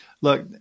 look